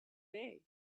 day